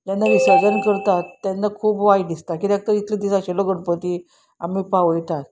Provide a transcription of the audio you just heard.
जेन्ना विसर्जन करतात तेन्ना खूब वायट दिसता कित्याक तर इतले दीस आशिल्लो गणपती आमी पावयतात